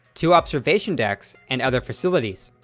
two observation decks, and other facilities.